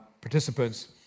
participants